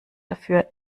dafür